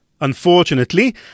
Unfortunately